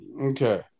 Okay